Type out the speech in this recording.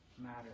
matter